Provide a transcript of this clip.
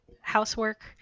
housework